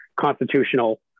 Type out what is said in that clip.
constitutional